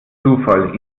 zufall